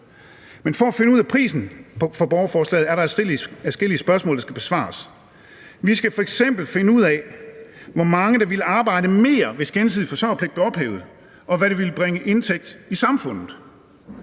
Men for at finde ud af prisen på borgerforslaget er der adskillige spørgsmål, der skal besvares. Vi skal f.eks. finde ud af, hvor mange der ville arbejde mere, hvis gensidig forsørgerpligt blev ophævet, og hvilke indtægter